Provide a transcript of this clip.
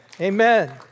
Amen